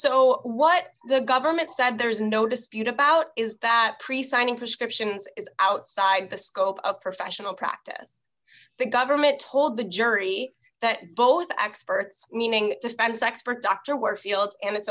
so what the government said there is no dispute about is that precise prescriptions outside the scope of professional practice the government told the jury that both experts meaning defense expert dr warfield and its